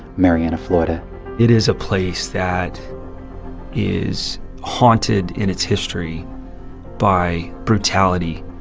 marianna, fla and it is a place that is haunted in its history by brutality,